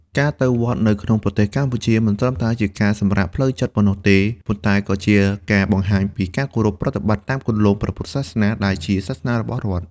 ការទៅវត្តនៅក្នុងប្រទេសកម្ពុជា មិនត្រឹមតែជាការសម្រាកផ្លូវចិត្តប៉ុណ្ណោះទេ ប៉ុន្តែក៏ជាការបង្ហាញពីការគោរពប្រតិបត្តិតាមគន្លងព្រះពុទ្ធសាសនាដែលជាសាសនារបស់រដ្ឋ។